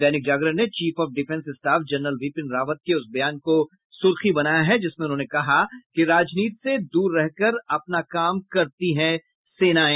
दैनिक जागरण ने chief of defence staff general Bipin Rawat के उस बयान को सुर्खी बनाया है जिसमें उन्होंने कहा कि राजनीति से दूर रहकर अपना काम करती हैं सेनाएं